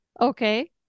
Okay